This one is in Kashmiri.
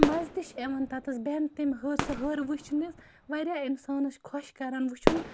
مَزٕ تہِ چھِ یِوان تَتِس بہنَس تمۍ ہۂر سُہ ۂر وٕچھنِس واریاہ اِنسانَس خۄش کَران وُچھُن